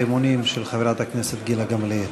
האמונים של חברת הכנסת גילה גמליאל.